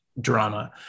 drama